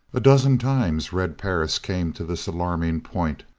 a dozen times red perris came to this alarming point,